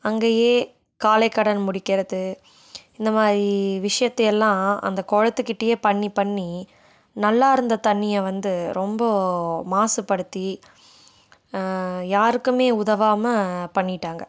அங்கேயே காலைக்கடன் முடிக்கிறது இந்த மாதிரி விஷயத்தை எல்லாம் அந்த குளத்துக்கிட்டையே பண்ணி பண்ணி நல்லா இருந்த தண்ணியை வந்து ரொம்ப மாசுபடுத்தி யாருக்குமே உதவாமல் பண்ணிட்டாங்கள்